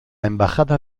embajada